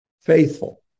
faithful